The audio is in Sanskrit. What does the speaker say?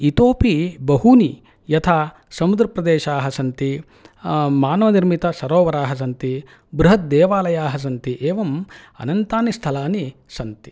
इतोपि बहूनि यथा समुद्रप्रदेशाः सन्ति मानवनिर्मितसरोवराः सन्ति बृहद्देवालयाः सन्ति एवं अनन्तानि स्थलानि सन्ति